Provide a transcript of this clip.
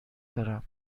دارم